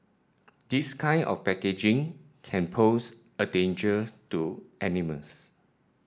this kind of packaging can pose a danger to animals